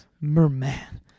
Merman